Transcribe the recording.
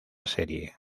serie